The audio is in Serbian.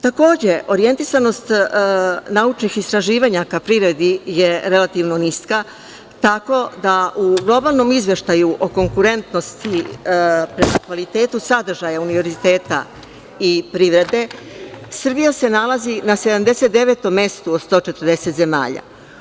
Takođe, orijentisanost naučnih istraživanja ka privredi je relativno niska, tako da u globalnom izveštaju o konkurentnosti i kvalitetu sadržaja univerziteta i privrede Srbija se nalazi na 79 mestu od 140 zemalja.